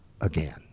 again